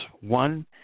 One